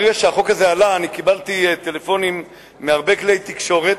ברגע שהחוק הזה עלה קיבלתי טלפונים מהרבה כלי תקשורת,